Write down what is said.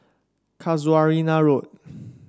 Casuarina Road